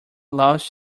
loves